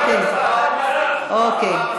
אוקיי.